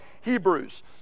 Hebrews